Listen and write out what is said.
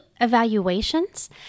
evaluations